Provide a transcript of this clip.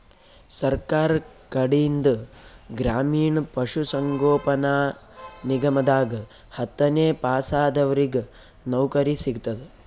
ಸರ್ಕಾರ್ ಕಡೀನ್ದ್ ಗ್ರಾಮೀಣ್ ಪಶುಸಂಗೋಪನಾ ನಿಗಮದಾಗ್ ಹತ್ತನೇ ಪಾಸಾದವ್ರಿಗ್ ನೌಕರಿ ಸಿಗ್ತದ್